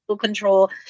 control